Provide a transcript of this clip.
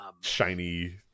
shiny